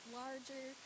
larger